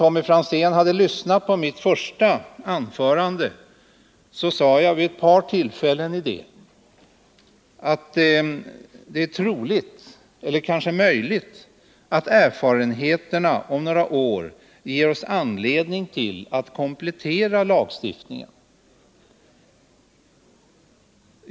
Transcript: Tommy Franzén borde ha lyssnat på mitt första anförande. I det sade jag vid ett par tillfällen att det är troligt eller möjligt att erfarenheterna om några år ger oss anledning att komplettera denna lagstiftning.